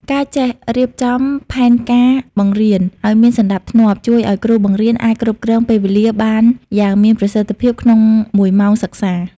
ការចេះរៀបចំផែនការបង្រៀន ឱ្យមានសណ្តាប់ធ្នាប់ ជួយឱ្យគ្រូបង្រៀនអាចគ្រប់គ្រងពេលវេលាបានយ៉ាងមានប្រសិទ្ធភាពក្នុងមួយម៉ោងសិក្សា។